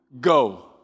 go